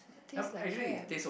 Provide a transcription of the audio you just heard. it taste like crap